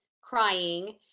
crying